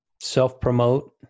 self-promote